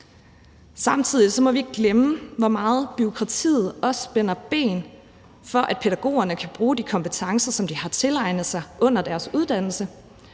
Samtidig må vi ikke glemme, hvor meget bureaukratiet også spænder ben for, at pædagogerne kan bruge de kompetencer, som de har tilegnet sig under deres uddannelse.